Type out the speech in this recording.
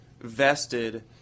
vested